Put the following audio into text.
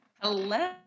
Hello